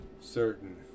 certain